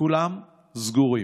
כולם סגורים.